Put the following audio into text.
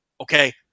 Okay